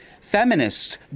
Feminists